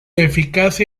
eficacia